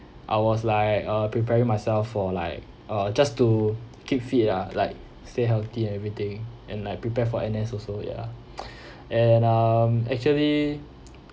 I was like uh preparing myself for like uh just to keep fit lah like stay healthy and everything and like prepare for N_S also ya and um actually